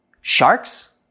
sharks